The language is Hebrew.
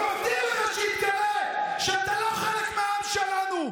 אני מודיע לך שיתגלה שאתה לא חלק מהעם שלנו.